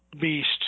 beast